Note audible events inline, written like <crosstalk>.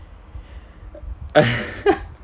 <laughs>